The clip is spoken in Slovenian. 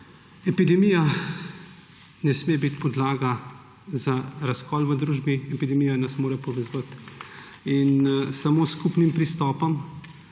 Epidemija ne sme biti podlaga za razkol v družbi. Epidemija nas mora povezovati. In samo s skupnim pristopom